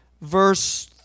verse